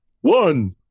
One